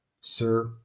Sir